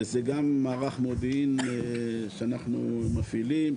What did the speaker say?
זה גם מערך מודיעין שאנחנו מפעילים,